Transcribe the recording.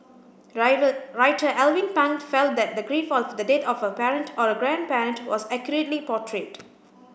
writer Alvin Pang felt that the grief of the death of a parent or a grandparent was accurately portrayed